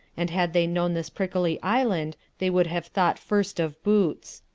and had they known this prickly island they would have thought first of boots.